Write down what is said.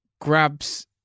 grabs